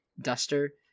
duster